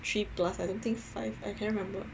three plus I don't think five I cannot remember